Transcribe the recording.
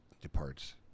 departs